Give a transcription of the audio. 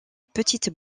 petite